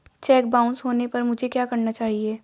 Check bounce होने पर मुझे क्या करना चाहिए?